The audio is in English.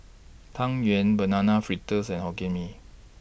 Tang Yuen Banana Fritters and Hokkien Mee